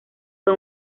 fue